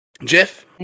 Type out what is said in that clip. Jeff